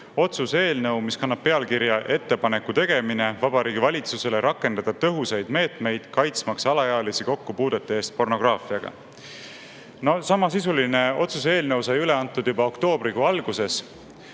otsuse eelnõu, mis kannab pealkirja "Ettepaneku tegemine Vabariigi Valitsusele rakendada tõhusaid meetmeid kaitsmaks alaealisi kokkupuudete eest pornograafiaga". Samasisuline otsuse eelnõu sai üle antud juba oktoobrikuu alguses,